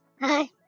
Hi